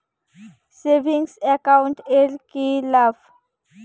Savings account এর কি লাভ?